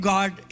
God